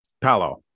Palo